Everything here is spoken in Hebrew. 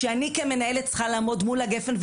כשאני כמנהלת צריכה לעמוד מול הגפ"ן,